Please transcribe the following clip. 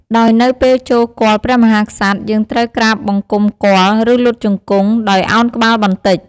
ដោយនៅពេលចូលគាល់ព្រះមហាក្សត្រ យើងត្រូវក្រាបបង្គំគាល់ ឬលុតជង្គង់ ដោយឱនក្បាលបន្តិច។